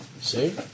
See